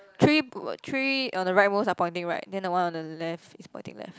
three b~ three on the right most are pointing right then the one on the left is pointing left